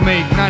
Make